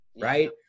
Right